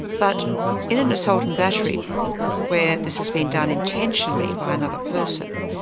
but in an assault and battery where this has been done intentionally by another person,